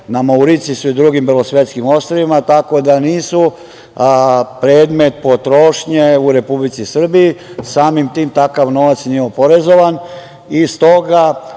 na Mauricijusu i drugim belosvetskim ostrvima, tako da nisu predmet potrošnje u Republici Srbiji. Takav novac nije oporezovan